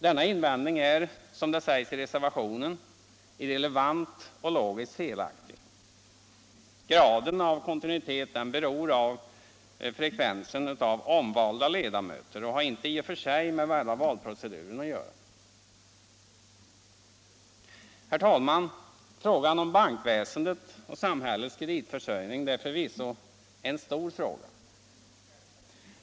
Denna invändning är, som det sägs i reservationen, irrelevant och logiskt felaktig. Graden av kontinuitet beror av frekvensen omvalda ledamöter och har inte i och för sig med själva valproceduren att göra. Herr talman! Frågan om bankväsendet och samhällets kreditförsörjning är förvisso en stor fråga.